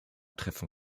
treffen